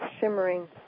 shimmering